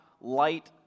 light